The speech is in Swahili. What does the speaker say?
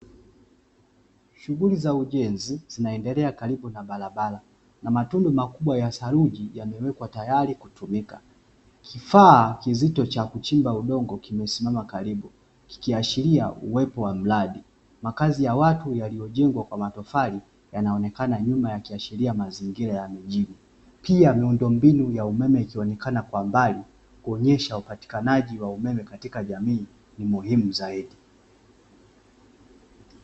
Shughuli za ujenzi, zinaendelea karibu na barabara, na matundu makubwa ya saluji yamewekwa tayari kutumika, kifaa kizito cha kuchimba udongo kimesimama karibu, kikiashiria uwepo wa mradi, makazi ya watu yaliyojengwa kwa matofali yanaonekana nyuma yakiashiria mazingira ya mjini, pia miundo mbinu ya umeme ikionekana kwa mbali, kuonyesha miundo mbinu ya umeme katika jamii ni muhimu zaidi.